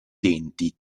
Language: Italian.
denti